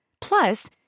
Plus